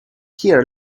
here